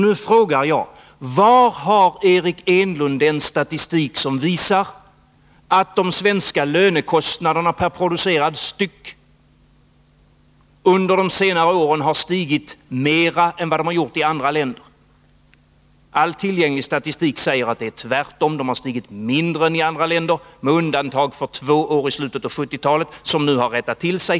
Nu frågar jag: Var har Eric Enlund den statistik som visar att de svenska lönekostnaderna per producerad enhet under de senaste åren har stigit mera än lönekostnaderna i andra länder? All tillgänglig statistik säger att stegringen tvärtom är mindre än i andra länder med undantag för förhållandet två år i slutet av 1970-talet. Där har det emellertid rättat till sig.